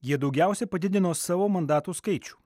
jie daugiausiai padidino savo mandatų skaičių